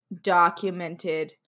documented